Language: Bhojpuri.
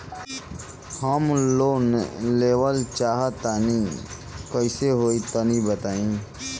हम लोन लेवल चाह तनि कइसे होई तानि बताईं?